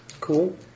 Cool